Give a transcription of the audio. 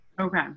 Okay